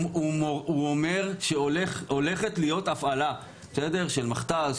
הוא אומר שהולכת להיות הפעלה של מכת"ז,